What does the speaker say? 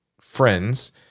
friends